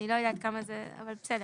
אבל בסדר.